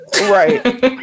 Right